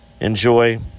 Enjoy